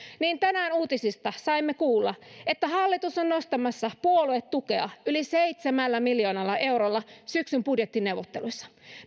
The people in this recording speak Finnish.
niin tänään uutisista saimme kuulla että hallitus on nostamassa puoluetukea yli seitsemällä miljoonalla eurolla syksyn budjettineuvotteluissa